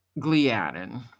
gliadin